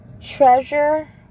treasure